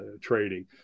trading